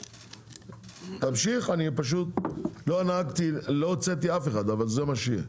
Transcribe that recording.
אני לא הוצאתי אף אחד, אבל זה מה שיהיה.